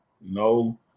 No